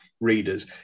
readers